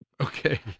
Okay